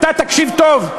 אתה תקשיב טוב.